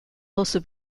also